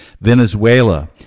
Venezuela